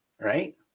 right